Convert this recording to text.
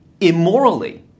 immorally